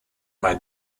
mei